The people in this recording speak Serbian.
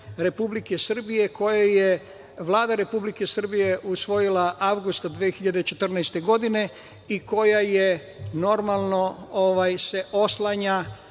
Republike Srbije koju je Vlada Republike Srbije usvojila avgusta 2014. godine i koja se oslanja